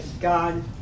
God